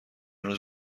روز